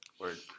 Word